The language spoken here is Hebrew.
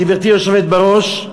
גברתי היושבת-ראש,